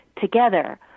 together